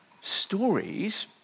Stories